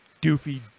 doofy